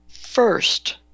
first